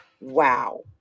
wow